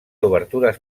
obertures